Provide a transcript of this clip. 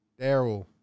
Daryl